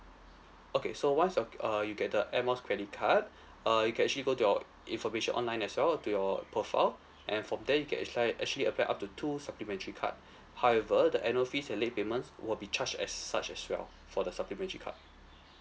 okay so once your uh you get the air miles credit card uh you can actually go to your information online as well to your profile and from there you can actualli~ actually apply up to two supplementary card however the annual fees and late payments will be charged as such as well for the supplementary card